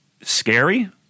scary